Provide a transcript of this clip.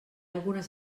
algunes